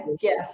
gift